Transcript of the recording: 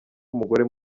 umugore